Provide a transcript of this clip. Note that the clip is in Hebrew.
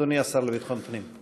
אדוני השר לביטחון פנים.